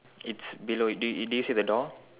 it's below do do you see the door